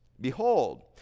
Behold